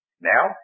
Now